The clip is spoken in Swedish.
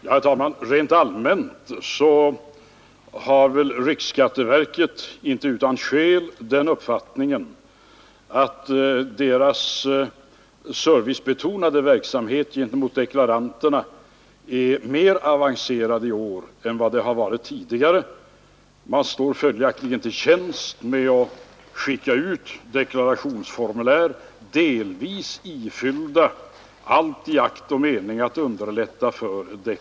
Herr talman! Rent allmänt har riksskatteverket, inte utan skäl, den uppfattningen att dess servicebetonade verksamhet för deklaranterna är mer avancerad i år än vad den har varit tidigare. Man står följaktligen till tjänst med att skicka ut delvis ifyllda deklarationsformulär i akt och mening att underlätta deklaranternas uppgift.